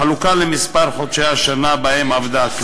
בחלוקה למספר חודשי השנה שבהם היא עבדה.